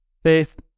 Faith